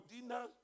dinner